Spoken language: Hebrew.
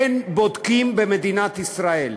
אין בודקים במדינת ישראל.